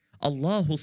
Allah